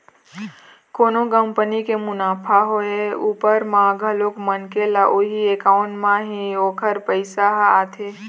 कोनो कंपनी के मुनाफा होय उपर म घलोक मनखे ल उही अकाउंट म ही ओखर पइसा ह आथे